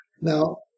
Now